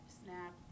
snap